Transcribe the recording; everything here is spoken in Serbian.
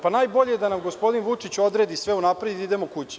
Najbolje je da nam gospodin Vučić odredi sve unapred i da idemo kući.